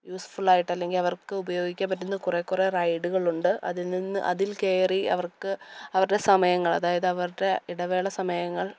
useful ആയിട്ട് അല്ലെങ്കിൽ അവർക്ക് ഉപയോഗിക്കാൻ പറ്റുന്ന കുറേ കുറേ റൈഡുകൾ ഉണ്ട് അതിൽ നിന്ന് അതിൽ കയറി അവർക്ക് അവരുടെ സമയങ്ങൾ അതായത് അവരുടെ ഇടവേള സമയങ്ങൾ